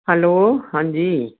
hello ਹਾਂਜੀ